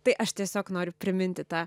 tai aš tiesiog noriu priminti tą